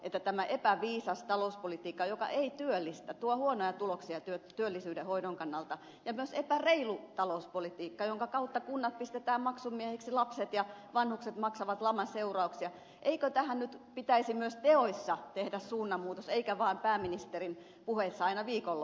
kun tämä epäviisas talouspolitiikka ei työllistä tuo huonoja tuloksia työllisyyden hoidon kannalta ja myös epäreilun talouspolitiikan kautta kunnat pistetään maksumiehiksi lapset ja vanhukset maksavat laman seurauksia eikö tähän nyt pitäisi myös teoissa tehdä suunnanmuutos eikä vaan pääministerin puheissa aina viikonloppuisin